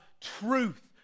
truth